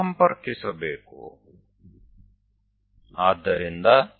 ચાલો તે 1234 દોરીએ